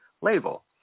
label